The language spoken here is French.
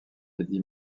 eddy